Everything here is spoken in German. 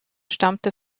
stammte